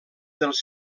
dels